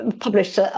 published